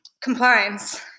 Compliance